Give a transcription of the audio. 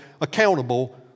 accountable